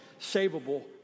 savable